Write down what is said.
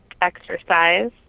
exercise